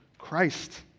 Christ